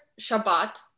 Shabbat